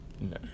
No